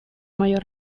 mayor